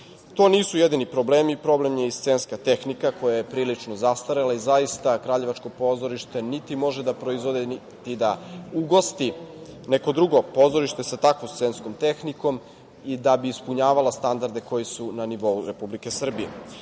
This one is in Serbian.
nisu jedini problemi. Problem je i scenska tehnika koja je prilično zastarela i zaista kraljevačko pozorište niti može da proizvede, niti da ugosti neko drugo pozorište sa takvom scenskom tehnikom da bi ispunjavala standarde koji su na nivou Republike Srbije. Još